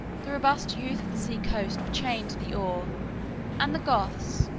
the robust youth of the sea-coast were chained to the oar and the goths,